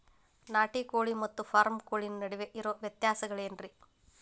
ನಾಟಿ ಕೋಳಿ ಮತ್ತ ಫಾರಂ ಕೋಳಿ ನಡುವೆ ಇರೋ ವ್ಯತ್ಯಾಸಗಳೇನರೇ?